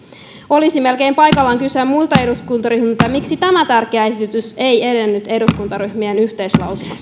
olisi melkein paikallaan kysyä muilta eduskuntaryhmiltä miksi tämä tärkeä esitys ei edennyt eduskuntaryhmien yhteislausumassa